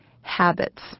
Habits